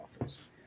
office